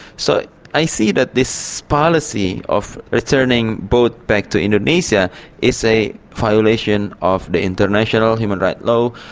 so i see that this policy of returning boats back to indonesia is a violation of the international human rights law,